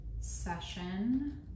session